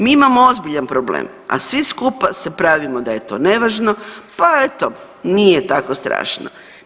Mi imamo ozbiljan problem, a svi skupa se pravimo da je to nevažno, pa eto nije tako strašno.